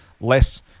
less